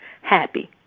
happy